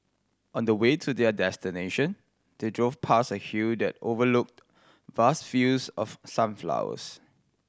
on the way to their destination they drove past a hill that overlooked vast fields of sunflowers